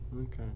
okay